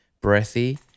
breathy